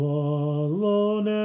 alone